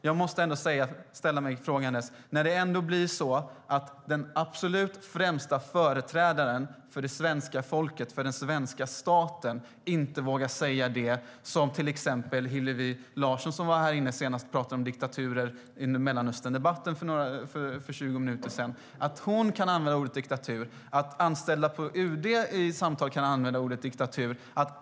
Jag måste dock ställa mig frågande när det ändå blir så att den absolut främsta företrädaren för det svenska folket och den svenska staten inte vågar säga det som till exempel Hillevi Larsson sa när vi talade om diktaturer i Mellanösterndebatten för 20 minuter sedan. Hon kan använda ordet "diktatur", och anställda på UD kan i samtal använda ordet "diktatur".